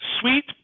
sweet